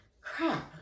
crap